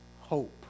hope